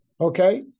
Okay